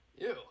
Ew